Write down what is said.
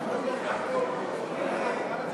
אפשר לדחות בשבוע.